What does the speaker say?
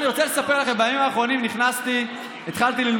חברי הכנסת, אני מבקשת להירגע.